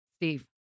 Steve